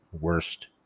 worst